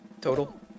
Total